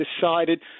decided –